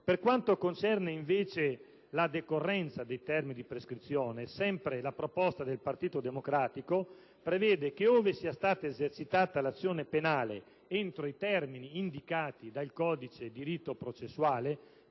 Per quanto concerne la decorrenza dei termini di prescrizione, la proposta del Partito Democratico prevede che, ove sia stata esercitata l'azione penale entro i termini indicati dal codice di rito processuale